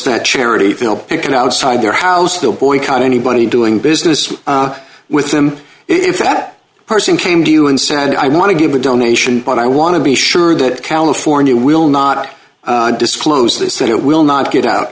that charity you know they can outside their house they'll boycott anybody doing business with them if that person came to you and said i want to give a donation but i want to be sure that california will not disclose this it will not get out